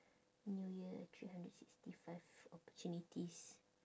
new year three hundred sixty five opportunities